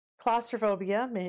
Claustrophobia